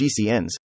GCNs